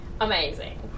Amazing